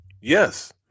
Yes